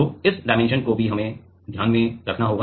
तो इस डायमेंशन को भी हमें ध्यान में रखना होगा